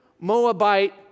Moabite